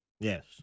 Yes